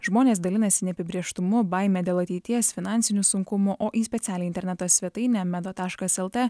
žmonės dalinasi neapibrėžtumu baime dėl ateities finansinių sunkumų o į specialią interneto svetainę medo taškas lt